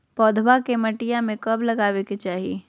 पौधवा के मटिया में कब लगाबे के चाही?